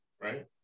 right